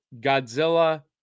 godzilla